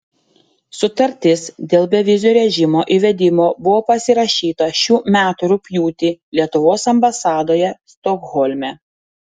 sutartis dėl bevizio režimo įvedimo buvo pasirašyta šių metų rugpjūtį lietuvos ambasadoje stokholme